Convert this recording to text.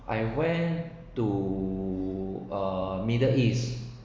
I went to uh middle east